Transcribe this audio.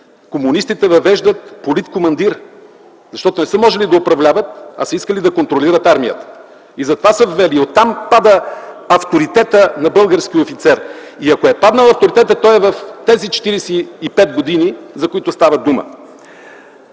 комунистите въвеждат политкомандир, защото не са можели да управляват, а са искали да контролират армията и затова са взели и оттам пада авторитета на българския офицер. Ако е паднал авторитетът, то е в тези 45 години, за които става дума.